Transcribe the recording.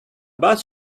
bus